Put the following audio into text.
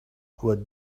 what